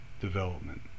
development